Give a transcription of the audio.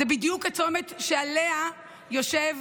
זה בדיוק הצומת שעליו יושבת